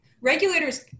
Regulators